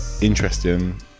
interesting